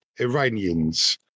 Iranians